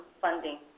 funding